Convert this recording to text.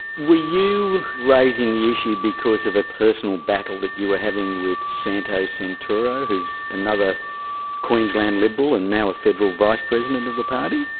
were you raising the issue because of a personal battle that you were having with santo santoro who is another queensland liberal and now a federal vice president of the party?